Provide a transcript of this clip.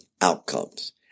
outcomes